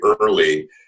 early